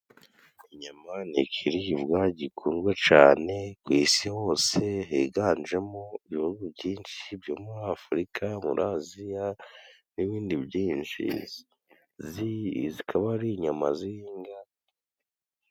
Inyama ni ikiribwa gikundwa cane ku isi hose higanjemo ibihugu byinshi byo muri Afurika, muri Aziya n'ibindi byinshi. Zikaba ari inyama z''inga.